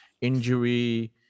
injury